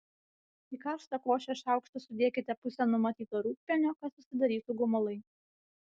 į karštą košę šaukštu sudėkite pusę numatyto rūgpienio kad susidarytų gumulai